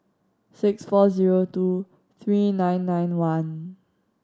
six four zero two three nine nine one